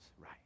right